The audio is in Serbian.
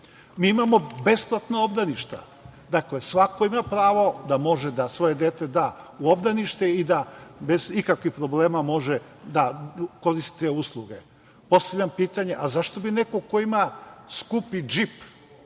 mi imamo besplatna obdaništa, dakle, svako ima pravo da može da se svoje dete da u obdanište i da bez ikakvih problema može da koristi te usluge. Postavljam pitanje – a zašto bi neko ko ima skupi džip